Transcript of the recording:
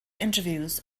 interviews